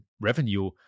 revenue